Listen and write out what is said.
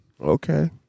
Okay